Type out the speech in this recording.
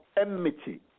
enmity